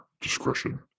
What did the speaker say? discretion